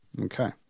Okay